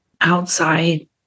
outside